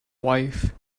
wife